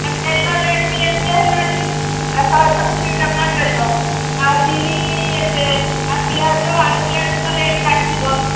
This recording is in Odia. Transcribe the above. ଆ ତେଲ ରେଟ୍ ବି ଏତେ ହେଲାଣିି ଆ ଶହେ ସତୁରୀ ଟଙ୍କା ତେଲ ଆଉ ବିରି ଏତେ ଆଉ ପିଆଜ ଆଳୁ ପିଆଜ ତ ରେଟ୍ ଜାଣିଥିବ